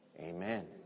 Amen